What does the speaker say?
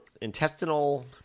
Intestinal